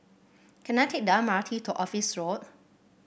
can I take the M R T to Office Road